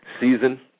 season